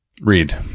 read